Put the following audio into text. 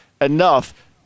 enough